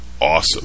awesome